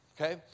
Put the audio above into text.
okay